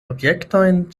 objektojn